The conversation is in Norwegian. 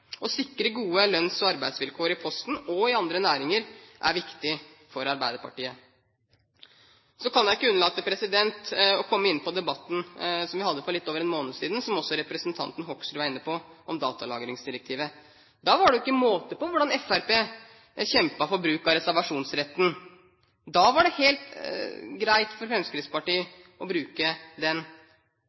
Å sikre gode lønns- og arbeidsvilkår i Posten og i andre næringer er viktig for Arbeiderpartiet. Så kan jeg ikke unnlate å komme inn på debatten som vi hadde for litt over en måned siden, som også representanten Hoksrud var inne på, om datalagringsdirektivet. Da var det ikke måte på hvordan Fremskrittspartiet kjempet for bruk av reservasjonsretten. Da var det helt greit for Fremskrittspartiet å bruke